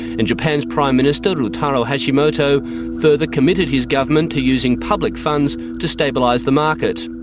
and japan's prime minister ryutaro hashimoto further committed his government to using public funds to stabilise the market.